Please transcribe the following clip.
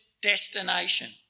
destination